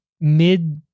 mid